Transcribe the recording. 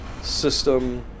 system